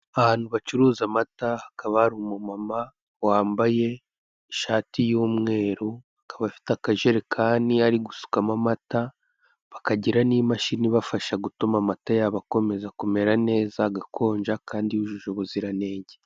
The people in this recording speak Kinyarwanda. Ahantu bacuruza amata hakaba hari umumama wambaye ishati y'umweru akaba afite akajerekani ari gusukamo amata bakagira n'imashini ibafasha gutuma amata akomeza kumera neza kandi yujuje ubuziranenge.